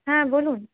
হ্যাঁ বলুন